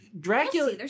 Dracula